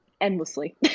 endlessly